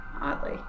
oddly